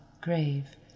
grave